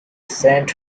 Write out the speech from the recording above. sent